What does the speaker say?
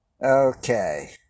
Okay